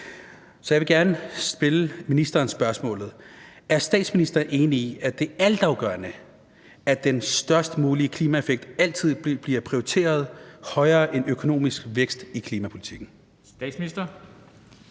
Så jeg vil gerne stille statsministeren spørgsmålet: Er statsministeren enig i, at det er altafgørende, at den størst mulige klimaeffekt altid bliver prioriteret højere end økonomisk vækst i klimapolitiken?